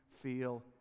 feel